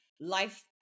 life